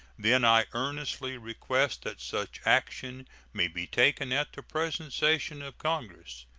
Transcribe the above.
then i earnestly request that such action may be taken at the present session of congress.